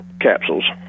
capsules